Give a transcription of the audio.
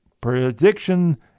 prediction